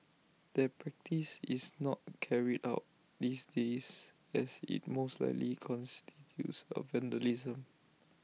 that practice is not carried out these days as IT most likely constitutes A vandalism